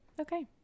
Okay